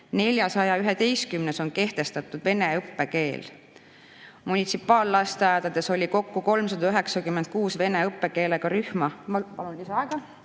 411‑s on kehtestatud vene õppekeel. Munitsipaallasteaedades oli kokku 396 vene õppekeelega rühma. Ma palun lisaaega.